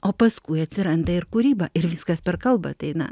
o paskui atsiranda ir kūryba ir viskas per kalbą tai na